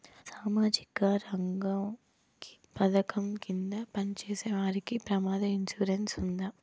సామాజిక రంగ పథకం కింద పని చేసేవారికి ప్రమాద ఇన్సూరెన్సు ఉందా?